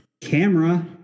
camera